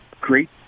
great